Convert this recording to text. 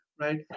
Right